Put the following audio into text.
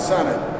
Senate